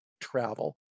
travel